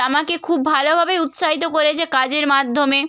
আমাকে খুব ভালোভাবেই উৎসাহিত করেছে কাজের মাধ্যমে